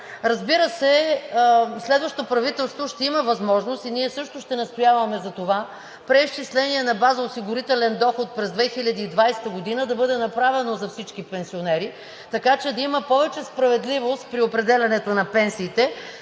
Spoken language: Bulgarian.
Разбира се, следващото правителство ще има възможност и ние също ще настояваме за това преизчисление на база осигурителен доход през 2020 г. да бъде направено за всички пенсионери, така че да има повече справедливост при определянето на пенсиите.